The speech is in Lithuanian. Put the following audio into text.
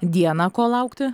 dieną ko laukti